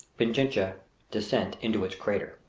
pichincha descent into its crater.